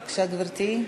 בבקשה, גברתי.